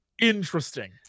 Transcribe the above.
interesting